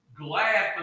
glad